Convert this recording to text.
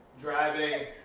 Driving